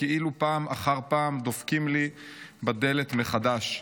כאילו פעם אחר פעם דופקים לי בדלת מחדש.